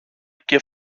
και